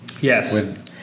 Yes